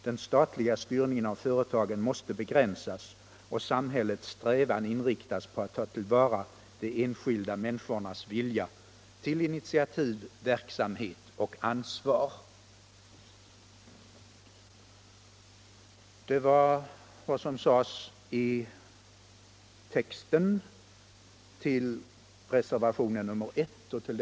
Den statliga styrningen av företagen måste begränsas och samhällets strävan inriktas på att ta till vara de enskilda människornas vilja till initiativ, verksamhet och ansvar.” Jag ber att få yrka bifall till reservationen 1.